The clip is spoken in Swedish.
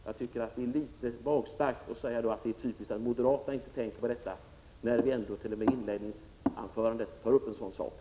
Jag tycker det är väl magstarkt att säga att det är typiskt att moderaterna inte tänker på detta, när jag t.o.m. i inledningsanförandet tog upp saken.